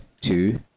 two